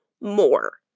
more